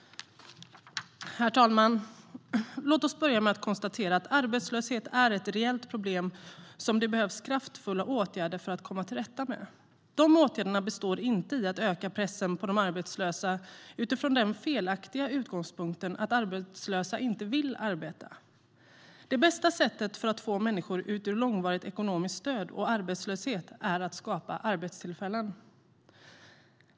Herr talman! Låt mig börja med att konstatera att arbetslöshet är ett reellt problem som det behövs kraftfulla åtgärder för att komma till rätta med. Dessa åtgärder består inte i att öka pressen på de arbetslösa utifrån den felaktiga utgångspunkten att arbetslösa inte vill arbeta. Det bästa sättet för att få människor ut ur långvarigt ekonomiskt stöd och arbetslöshet är att skapa arbetstillfällen.